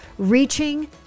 Reaching